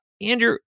Andrew